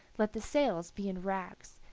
let the sails be in rags,